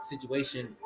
situation